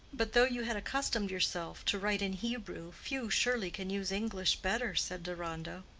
but though you had accustomed yourself to write in hebrew, few, surely, can use english better, said deronda,